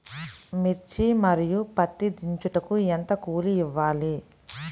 మిర్చి మరియు పత్తి దించుటకు ఎంత కూలి ఇవ్వాలి?